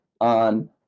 on